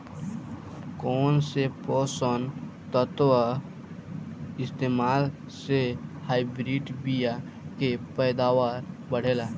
कौन से पोषक तत्व के इस्तेमाल से हाइब्रिड बीया के पैदावार बढ़ेला?